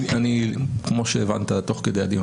נכון.